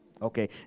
Okay